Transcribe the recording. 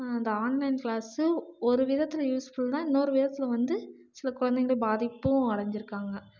இந்த ஆன்லைன் க்ளாஸும் ஒரு விதத்தில் யூஸ்ஃபுல் தான் இன்னொரு விதத்தில் வந்து சில குழந்தைங்க பாதிப்பும் அடைஞ்சிருக்காங்க